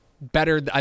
better